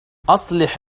أصلح